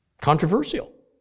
controversial